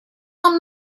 нам